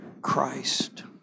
Christ